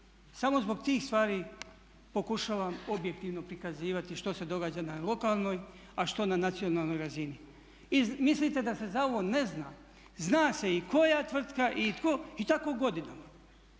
Samo zbog tih stvari pokušavam objektivno prikazivati što se događa na lokalnoj, a što na nacionalnoj razini. Mislite da se za ovo ne zna? Zna se i koja tvrtka i tko i